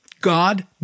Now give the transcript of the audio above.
God